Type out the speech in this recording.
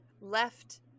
left